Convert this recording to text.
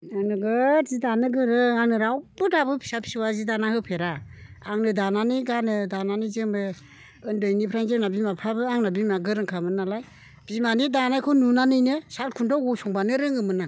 आं नोगोद जि दानो गोरों आंनो रावबो दाबो फिसा फिसौआ जि दाना होफेरा आंनो दानानै गानो दानानै जोमो उन्दैनिफ्रायनो जोंना बिमा बिफायाबो आंना बिमाया गोरोंखामोननालाय बिमानि दानायखौ नुनानैनो सालखुन्थायाव गसंब्लानो रोङोमोन आं